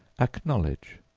acknowledge,